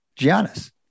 Giannis